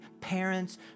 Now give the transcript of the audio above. parents